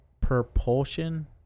propulsion